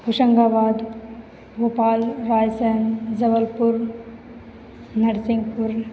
Hoshangabad Bhopal Raisen Jabalpur Narsinghpur